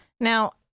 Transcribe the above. Now